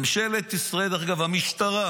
ממשלת ישראל, דרך אגב, המשטרה